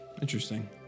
Interesting